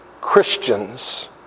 Christians